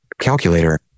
Calculator